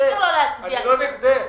אני לא נגדך.